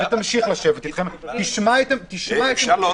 תמשיך לשבת אתכם ותשמע את עמדתכם.